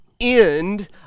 end